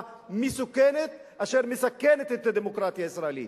מסוכנת אשר מסכנת את הדמוקרטיה הישראלית.